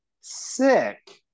sick